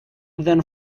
then